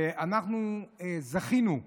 ואנחנו זכינו,